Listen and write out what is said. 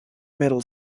metal